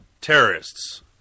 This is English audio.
terrorists